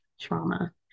trauma